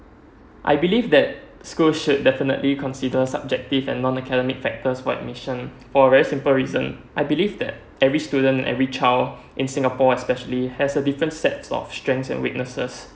I believe that schools should definitely consider subjective and non academic factors for admission for a very simple reason I believe that every student every child in singapore especially has a different sets of strength and weaknesses